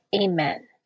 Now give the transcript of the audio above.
Amen